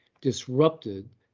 disrupted